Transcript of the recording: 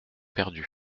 perdus